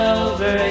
over